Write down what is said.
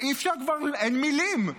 אי-אפשר כבר, אין מילים.